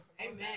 Amen